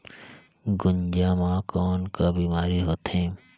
गुनजा मा कौन का बीमारी होथे?